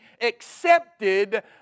accepted